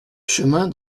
chemin